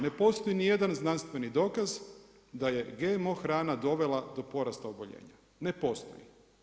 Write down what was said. Ne postoji niti jedan znanstveni dokaz da je GMO hrana dovela do porasta oboljenja, ne postoji.